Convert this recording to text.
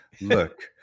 look